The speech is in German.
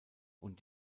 und